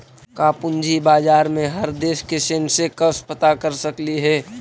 का पूंजी बाजार में हर देश के सेंसेक्स पता कर सकली हे?